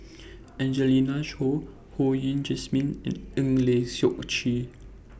Angelina Choy Ho Yen Wah Jesmine and Eng Lee Seok Chee